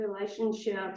relationships